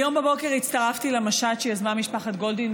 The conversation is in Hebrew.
היום בבוקר הצטרפתי למשט שיזמה משפחת גולדין,